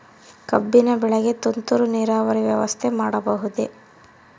ಕಬ್ಬಿನ ಬೆಳೆಗೆ ತುಂತುರು ನೇರಾವರಿ ವ್ಯವಸ್ಥೆ ಮಾಡಬಹುದೇ?